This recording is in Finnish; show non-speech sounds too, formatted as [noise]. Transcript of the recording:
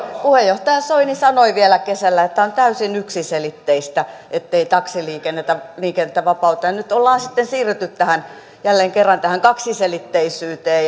puheenjohtaja soini sanoi vielä kesällä että tämä on täysin yksiselitteistä ettei taksiliikennettä vapauteta ja nyt ollaan sitten siirrytty jälleen kerran tähän kaksiselitteisyyteen [unintelligible]